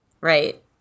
Right